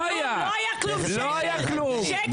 מאי 2009. מי